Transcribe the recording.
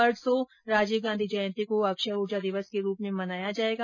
परसो राजीव गांधी जयन्ती को अक्षय ऊर्जा दिवस के रूप में मनाया जाएगा